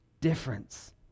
difference